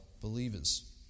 believers